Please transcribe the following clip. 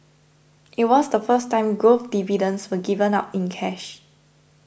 it was the first time growth dividends were given out in cash